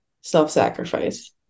self-sacrifice